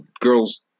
girl's